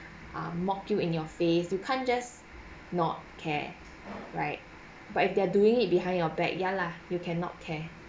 um mock in your face you can't just not care right but if they're doing it behind your back ya lah you cannot care